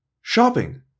Shopping